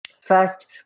first